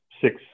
six